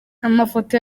amafoto